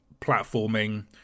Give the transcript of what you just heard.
platforming